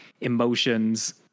emotions